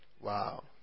Wow